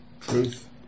Truth